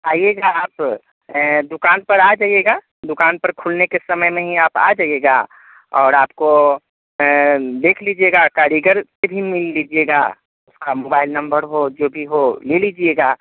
आइएगा आप दुकान पर आ जाइएगा दुकान पर खुलने के समय में ही आप आ जाइएगा और आपको देख लीजिएगा कारीगर से भी मिल लीजिएगा उसका मोबाइल नम्बर वह जो भी हो ले लीजिएगा